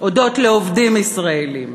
הודות לעובדים ישראלים,